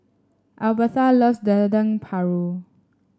Albertha loves Dendeng Paru